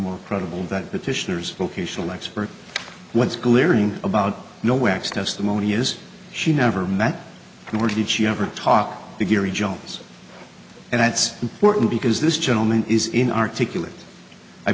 more credible that petitioners vocational expert what's glaring about no x testimony is she never met nor did she ever talk to gary jones and that's important because this gentleman is in articulate i